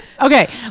okay